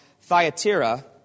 Thyatira